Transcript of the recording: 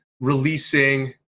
releasing